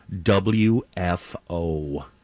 WFO